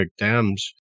dams